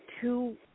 two